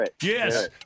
yes